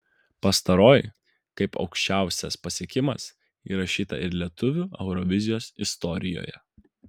pastaroji kaip aukščiausias pasiekimas įrašyta ir lietuvių eurovizijos istorijoje